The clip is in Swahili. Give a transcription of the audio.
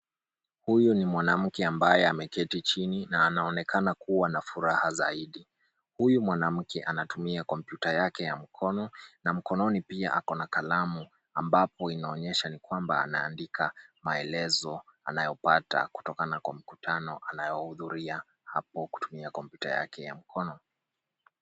Huyu ni mwanamke ambaye ameketi chini na anaonekana kuwa na furaha zaidi. Huyu mwanamke anatumia kompyuta yake ya mkono .Na mkononi pia ako na kalamu ambapo anaonyesha ya kwamba anaandika maelezo anayopata kutokana na mkutano anayohudhuria hapo kutumia kompyuta ya mkono.